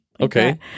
Okay